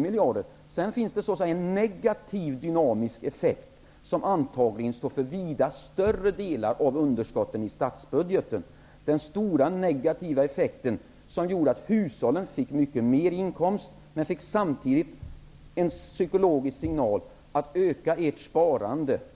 miljarder. Sedan finns det en så att säga negativ dynamisk effekt, som antagligen står för vida större del av underskottet i statsbudgeten. Hushållen fick behålla mycket mer av sina inkomster, men de fick samtidigt en psykologisk signal att öka sparandet.